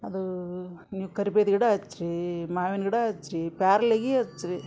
ಅದು ನೀವು ಕರ್ಬೇವ್ದು ಗಿಡ ಹಚ್ರಿ ಮಾವಿನ ಗಿಡ ಹಚ್ರಿ ಪ್ಯಾರ್ಲಿಗಿ ಹಚ್ರಿ